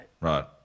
Right